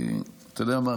אתה יודע מה?